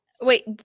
wait